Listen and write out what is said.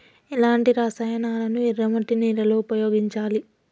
ఎలాంటి రసాయనాలను ఎర్ర మట్టి నేల లో ఉపయోగించాలి?